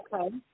Okay